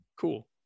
cool